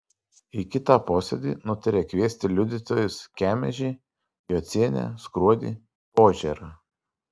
į kitą posėdį nutarė kviesti liudytojus kemežį jocienę skruodį požėrą